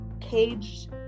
caged